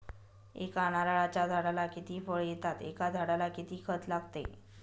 एका नारळाच्या झाडाला किती फळ येतात? एका झाडाला किती खत लागते?